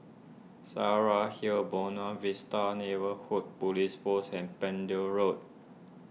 Saraca Hill Buona Vista Neighbourhood Police Post and Pender Road